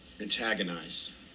antagonize